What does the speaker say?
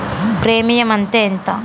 Premium అత్తే ఎంత?